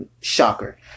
Shocker